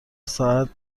ساعت